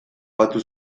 batu